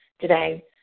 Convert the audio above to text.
today